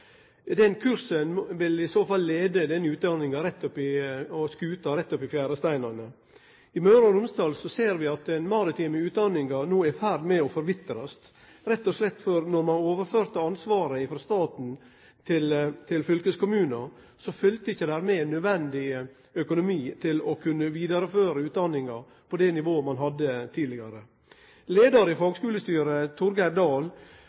I Møre og Romsdal ser vi at den maritime utdanninga no er i ferd med å forvitre, rett og slett fordi det då ein førte ansvaret over frå staten til fylkeskommunane, ikkje følgde med nødvendig økonomi til å kunne vidareføre utdanninga på det nivået ein hadde tidlegare. Leiaren i fagskulestyret, Torgeir